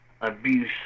abuse